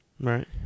Right